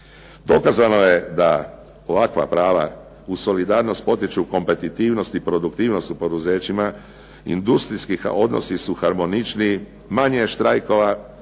Dokazano je da ovakva prava uz solidarnost potiču kompetitivnost i produktivnost u poduzećima industrijskih a odnosi su harmoničniji, manje je štrajkova,